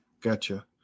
gotcha